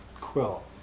Quill